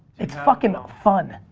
it's fucking fun.